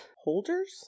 holders